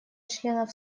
членов